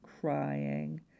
crying